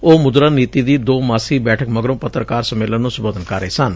ਉਹ ਮੁਦਰਾ ਨੀਤੀ ਦੀ ਦੋ ਮਾਸੀ ਬੈਠਕ ਮਗਰੋਂ ਪੱਤਰਕਾਰ ਸੰਮੇਲਨ ਨੂੰ ਸੰਬੋਧਨ ਕਰ ਰਹੇ ਸਨ